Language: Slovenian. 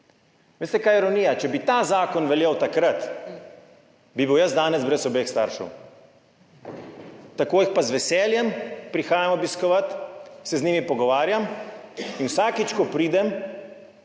Veste, kaj je ironija? Če bi ta zakon veljal takrat, bi bil jaz danes brez obeh staršev. Tako jih pa z veseljem prihajam obiskovat, se z njima pogovarjam in vsakič, ko pridem,